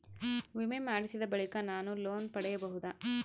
ವಿಮೆ ಮಾಡಿಸಿದ ಬಳಿಕ ನಾನು ಲೋನ್ ಪಡೆಯಬಹುದಾ?